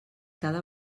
cada